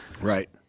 Right